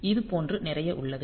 இது போன்று நிறைய உள்ளது